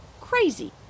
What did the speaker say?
crazy